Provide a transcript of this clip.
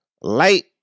light